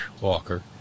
Walker